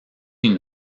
une